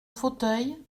fauteuil